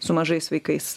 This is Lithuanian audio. su mažais vaikais